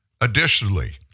additionally